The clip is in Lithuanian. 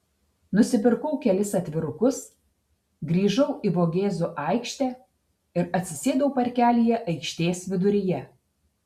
nusipirkau kelis atvirukus grįžau į vogėzų aikštę ir atsisėdau parkelyje aikštės viduryje